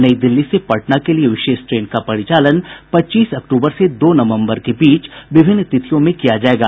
नई दिल्ली से पटना के लिए विशेष ट्रेन का परिचालन पच्चीस अक्तूबर से दो नवम्बर के बीच विभिन्न तिथियों में किया जाएगा